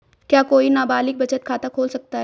क्या कोई नाबालिग बचत खाता खोल सकता है?